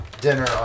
dinner